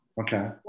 Okay